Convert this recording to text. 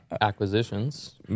acquisitions